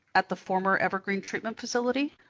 at the former evergreen treatment facility?